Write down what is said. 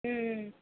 ہوں